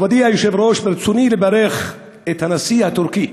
מכובדי היושב-ראש, ברצוני לברך את הנשיא הטורקי